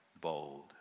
bold